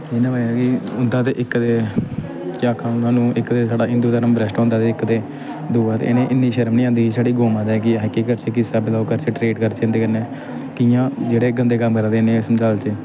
इ'यां मतलब कि इं'दा ते इक ते केह् आकां हून थुहानूं इक ते साढ़ा हिन्दू धर्म भ्रश्ट होंदा ते इक ते दूआ ते इ'नें ई इन्नी शर्म निं औंदी कि साढ़ी गौ माता जेह्की असें गी केह् करचै किस स्हाबै दा ओह् ट्रीट करचै इं'दे कन्नै कि'यां जेह्ड़े गंदे कम्म करा दे इ'नें गी संभालचै